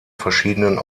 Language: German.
verschiedenen